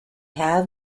have